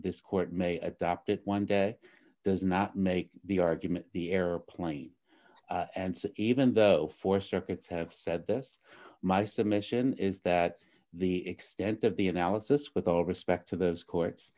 this court may adopt it one day does not make the argument the airplane and even the four circuits have said this my submission is that the extent of the analysis with all respect to the courts